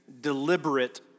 deliberate